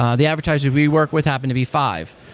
um the advertisers we work with happen to be five.